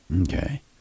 Okay